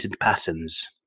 patterns